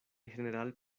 general